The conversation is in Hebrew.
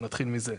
נתחיל מזה.